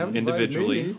individually